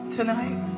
tonight